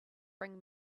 bring